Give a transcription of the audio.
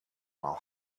while